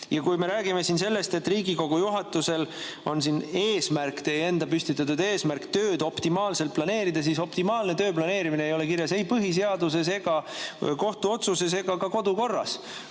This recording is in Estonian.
Ja kui me räägime siin sellest, et Riigikogu juhatusel on eesmärk, teie enda püstitatud eesmärk tööd optimaalselt planeerida, siis optimaalne töö planeerimine ei ole kirjas ei põhiseaduses ega kohtuotsuses ega ka kodukorras.